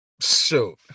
Shoot